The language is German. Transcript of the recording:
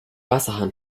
wasserhahn